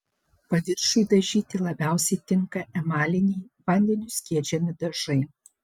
paviršiui dažyti labiausiai tinka emaliniai vandeniu skiedžiami dažai